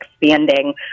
expanding